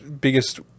biggest